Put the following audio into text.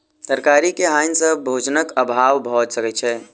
तरकारी के हानि सॅ भोजनक अभाव भअ सकै छै